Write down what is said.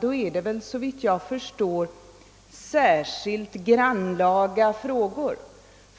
Då är det väl, såvitt jag förstår, särskilt grannlaga